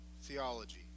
theology